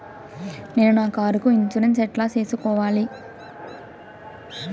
నేను నా కారుకు ఇన్సూరెన్సు ఎట్లా సేసుకోవాలి